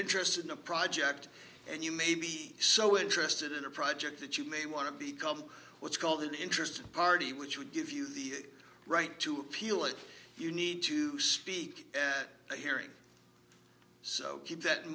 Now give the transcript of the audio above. interested in a project and you may be so interested in a project that you may want to become what's called an interested party which would give you the right to appeal if you need to speak at the hearing so keep that in